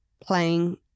playing